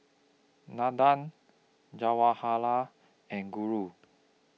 Nandan Jawaharlal and Guru